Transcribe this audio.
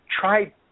try